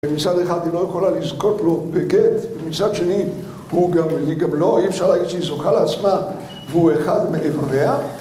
מצד אחד היא לא יכולה לזכות לו בגט, ומצד שני, היא גם לא... אי אפשר להגיד שהיא זוכה לעצמה, והוא אחד מאיבריה